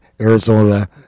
Arizona